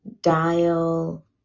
dial